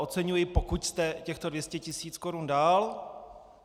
Oceňuji, pokud jste těchto 200 tisíc korun dal.